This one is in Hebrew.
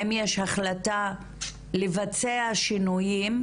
האם יש החלטה לבצע שינויים,